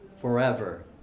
forever